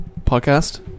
podcast